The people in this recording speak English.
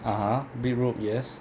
(uh huh) beetroot yes